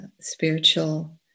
spiritual